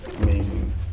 amazing